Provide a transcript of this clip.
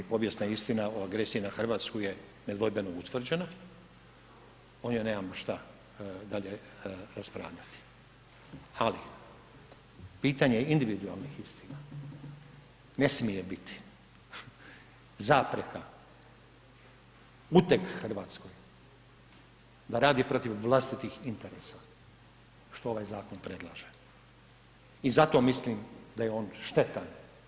Povijesna istina o agresiji na RH je nedvojbeno utvrđena, ovdje nemamo šta dalje raspravljati, ali pitanje individualnih istina ne smije biti zapreka, uteg RH da radi protiv vlastitih interesa, što ovaj zakon predlaže i zato mislim da je on štetan.